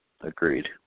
Agreed